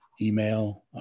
email